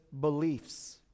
beliefs